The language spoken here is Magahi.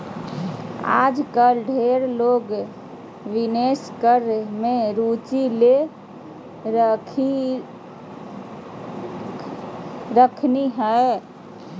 आजकल ढेर लोग निवेश करे मे रुचि ले रहलखिन हें